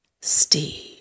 Steve